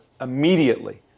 immediately